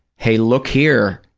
hey, look here,